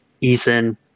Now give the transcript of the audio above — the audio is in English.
Ethan